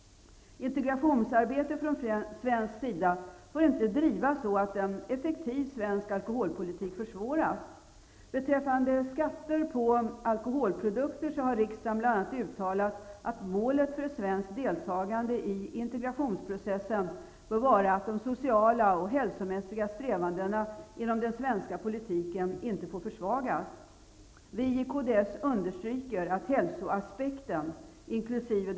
Integrationsarbetet från svensk sida får inte drivas så, att en effektiv svensk alkoholpolitik försvåras. Beträffande skatter på alkoholprodukter har riksdagen bl.a. uttalat att målet för ett svenskt deltagande i integrationsprocessen bör vara att de sociala och hälsomässiga strävandena inom den svenska politiken inte får försvagas. Vi i kds understryker att hälsoaspekten, inkl.